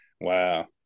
Wow